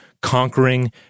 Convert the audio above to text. Conquering